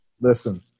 Listen